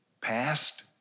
past